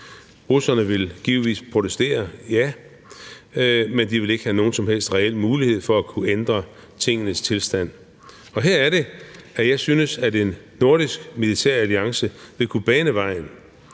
Russerne vil givetvis protestere, ja, men de vil ikke have nogen som helst reel mulighed for at kunne ændre tingenes tilstand. Her er det, jeg synes, at en nordisk militæralliance ville kunne bane vejen.